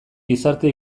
gizarte